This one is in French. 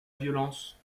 violence